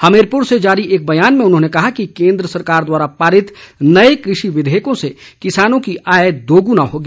हमीरपुर से जारी एक बयान में उन्होंने कहा कि केंद्र सरकार द्वारा पारित नए कृषि विधेयकों से किसानों की आय दोगूनी होगी